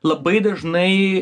labai dažnai